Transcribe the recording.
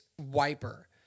wiper